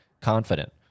confident